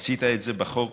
עשית את זה בחוק